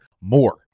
more